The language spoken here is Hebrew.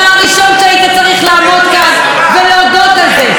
אתה הראשון שהיית צריך לעמוד כאן ולהודות על זה.